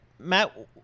Matt